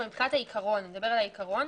אבל מבחינת העיקרון - העיקרון